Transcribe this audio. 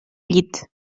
llit